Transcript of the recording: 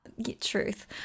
truth